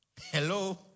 Hello